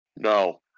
No